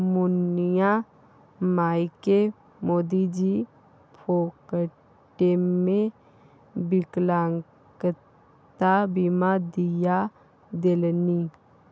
मुनिया मायकेँ मोदीजी फोकटेमे विकलांगता बीमा दिआ देलनि